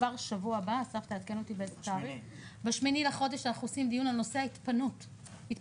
כבר שבוע הבא ב-8 בחודש אנחנו עושים דיון על נושא התפנות אוכלוסייה.